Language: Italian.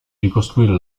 ricostruire